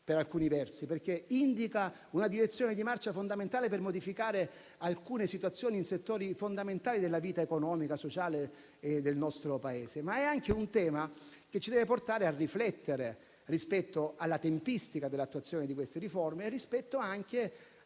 per alcuni versi, perché indica una direzione di marcia fondamentale per modificare alcune situazioni in settori fondamentali della vita economica e sociale del nostro Paese. È però anche un tema che ci deve portare a riflettere rispetto alla tempistica dell'attuazione di queste riforme ed anche